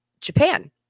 Japan